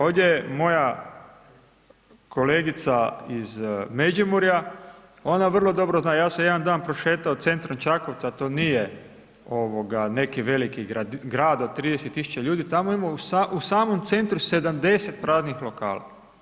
Ovdje je moja kolegica iz Međimurja, ona vrlo dobro zna, ja sam jedan dan prošetao centrom Čakovca, to nije neki veliki grad od 30 tisuća ljudi, tamo ima u samom centru 70 praznih lokala.